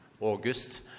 August